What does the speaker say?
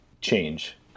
change